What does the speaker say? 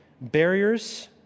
barriers